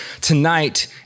Tonight